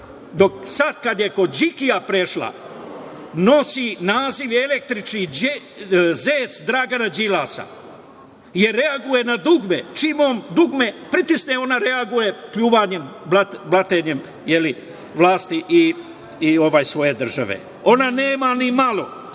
sad kad je kod Đikija prešla nosi naziv i električni zec Dragana Đilasa, jer reaguje na dugme, čim on dugme pritisne, ona reaguje pljuvanjem, blaćenjem vlasti i svoje države. Ona nema nimalo